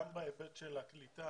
גם בהיבט של הקליטה